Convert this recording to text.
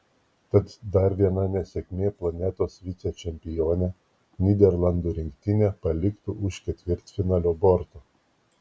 tad dar viena nesėkmė planetos vicečempionę nyderlandų rinktinę paliktų už ketvirtfinalio borto